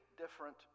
different